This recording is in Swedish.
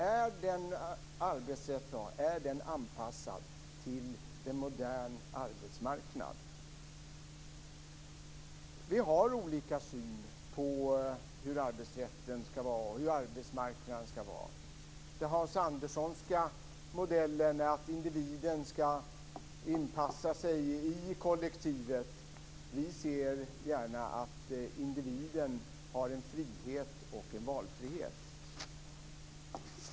Är den arbetsrätt vi har anpassad till en modern arbetsmarknad? Vi har olika syn på hur arbetsrätten skall vara och hur arbetsmarknaden skall vara. Den Hans Anderssonska modellen är att individen skall inpassa sig i kollektivet. Vi ser gärna att individen har en frihet och en valfrihet.